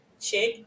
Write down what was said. check